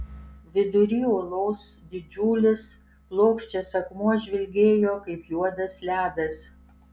vidury olos didžiulis plokščias akmuo žvilgėjo kaip juodas ledas